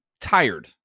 tired